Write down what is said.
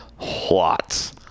lots